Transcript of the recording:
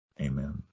amen